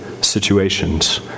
situations